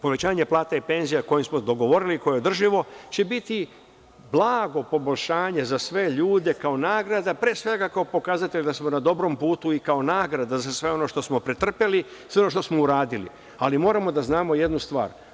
Povećanje plata i penzija koje smo dogovorili, koje držimo će biti blago poboljšanje za sve ljude, kao nagrada, pre svega, kao pokazatelj da smo na dobrom putu i kao nagrada za sve ono što smo pretrpeli, sve ono što smo uradili, ali moramo da znamo jednu stvar.